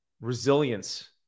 resilience